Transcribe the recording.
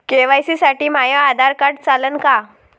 KYC साठी माह्य Aadhaar card चालन का?